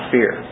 Fear